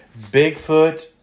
Bigfoot